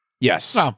Yes